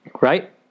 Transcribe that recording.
Right